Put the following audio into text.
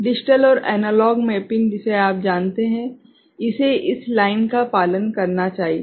digital और analogue mapping जिसे आप जानते हैं इसे इस लाइन का पालन करना चाहिए